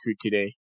today